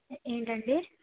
ఏమిటి అండి